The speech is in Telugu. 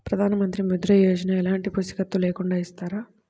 ప్రధానమంత్రి ముద్ర యోజన ఎలాంటి పూసికత్తు లేకుండా ఇస్తారా?